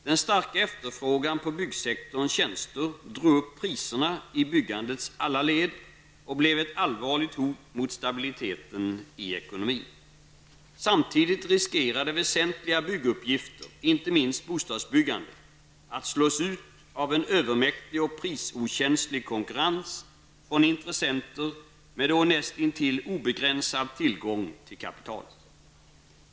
Den starka efterfrågan på byggsektorns tjänster drog upp priserna i byggandets alla led och blev ett allvarligt hot mot stabiliteten i ekonomin. Samtidigt riskerade väsentliga bygguppgifter -- inte minst bostadsbyggandet -- att bli utslagna av en övermäktig och prisokänslig konkurrens från intressenter med då näst intill obegränsad tillgång till kapital.